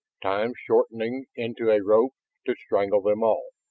time shortening into a rope to strangle them all.